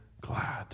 glad